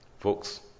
Folks